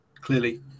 clearly